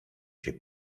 się